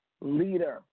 leader